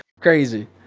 Crazy